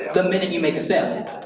the minute you make a sale.